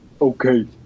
Okay